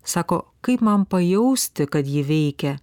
sako kaip man pajausti kad ji veikia